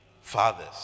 fathers